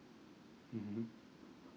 mmhmm